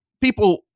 People